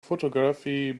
photography